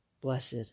blessed